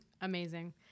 Amazing